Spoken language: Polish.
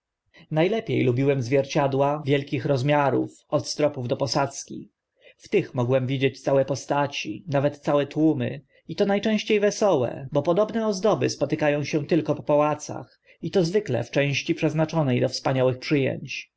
lepie lubiłem zwierciadła wielkich rozmiarów od stropów do posadzki w tych mogłem widzieć całe postaci całe nawet tłumy i to na częście wesołe bo podobne ozdoby spotyka ą się tylko po pałacach i to zwykle w części przeznaczone do wspaniałych przy